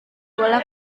gula